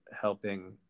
helping